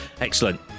Excellent